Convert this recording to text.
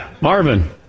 marvin